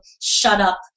shut-up